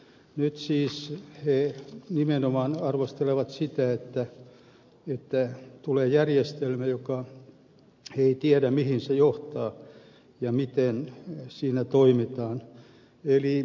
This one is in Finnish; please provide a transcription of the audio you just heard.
nyt siis he nimenomaan arvostelevat sitä että tulee järjestelmä josta ei tiedä mihin se johtaa ja miten siinä toimitaan